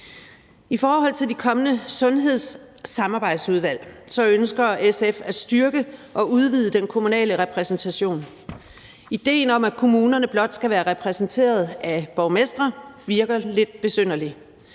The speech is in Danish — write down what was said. I forhold til de kommende sundhedssamarbejdsudvalg ønsker SF at styrke og udvide den kommunale repræsentation. Idéen om, at kommunerne blot skal være repræsenteret af borgmestre, virker lidt besynderlig.